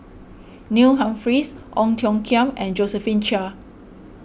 Neil Humphreys Ong Tiong Khiam and Josephine Chia